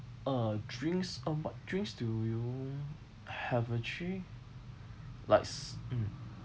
uh drinks uh what drinks do you have actually like s~ mm